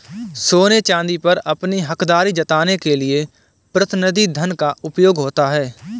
सोने चांदी पर अपनी हकदारी जताने के लिए प्रतिनिधि धन का उपयोग होता है